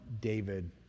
David